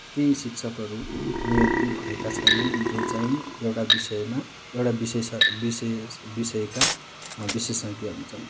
त्यही शिक्षकहरू नियुक्ति भएका छैनन् जो चाहिँ एउटा विषयमा एउटा विषेश विषेश विषयका विशेषज्ञ हुन्छन्